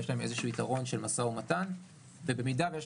יש להם איזשהו יתרון של משא ומתן ובמידה שיש